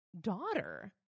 daughter